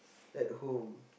at home